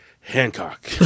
Hancock